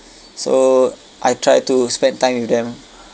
so I tried to spend time with them